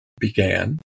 began